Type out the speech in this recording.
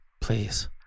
please